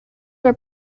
were